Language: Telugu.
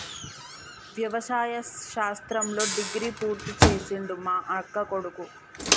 వ్యవసాయ శాస్త్రంలో డిగ్రీ పూర్తి చేసిండు మా అక్కకొడుకు